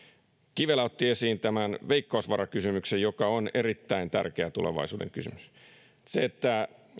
kivelä otti esiin veikkausvarakysymyksen joka on erittäin tärkeä tulevaisuuden kysymys se että